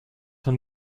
von